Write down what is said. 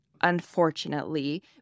unfortunately